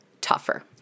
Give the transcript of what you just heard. tougher